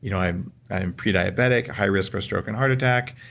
you know i'm i'm pre-diabetic, a high risk for a stroke and heart attack,